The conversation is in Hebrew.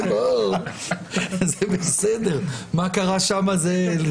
עו"ד שני צברי ממשרד הביטחון אמורה להיות אתנו בזום.